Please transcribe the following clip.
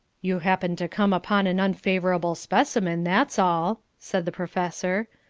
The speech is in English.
you happened to come upon an unfavourable specimen, that's all, said the professor.